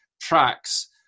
tracks